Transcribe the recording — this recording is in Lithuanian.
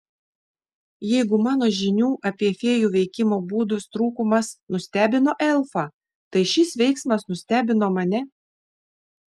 jeigu mano žinių apie fėjų veikimo būdus trūkumas nustebino elfą tai šis veiksmas nustebino mane